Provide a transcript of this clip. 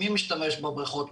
מי משתמש בבריכות,